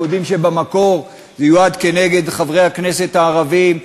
אנחנו יודעים שבמקור זה יועד כנגד חברי הכנסת הערבים,